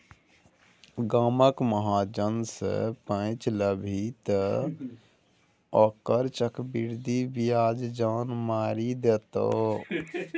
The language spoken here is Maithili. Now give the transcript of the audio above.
गामक महाजन सँ पैंच लेभी तँ ओकर चक्रवृद्धि ब्याजे जान मारि देतौ